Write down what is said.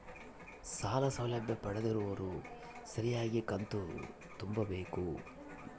ಸಾಲ ಸೌಲಭ್ಯ ಪಡೆದಿರುವವರು ಸರಿಯಾಗಿ ಕಂತು ತುಂಬಬೇಕು?